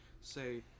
say